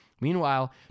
Meanwhile